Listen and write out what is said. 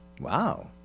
Wow